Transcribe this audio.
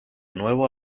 nuevo